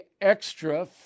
extra